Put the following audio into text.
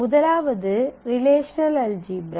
முதலாவது relational algebra